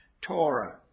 Torah